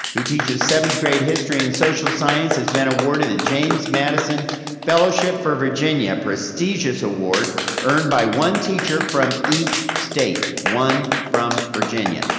who teaches seventh grade history and social science has been awarded the james madison fellowship for virginia prestigious award earned by one teacher from each state, one from virginia.